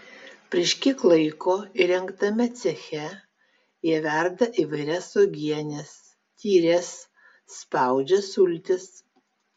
prieš kiek laiko įrengtame ceche jie verda įvairias uogienes tyres spaudžia sultis